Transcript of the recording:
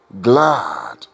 glad